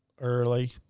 early